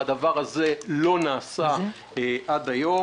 והדבר הזה לא נעשה עד היום.